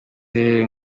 hehe